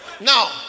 now